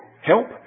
help